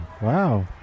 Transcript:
Wow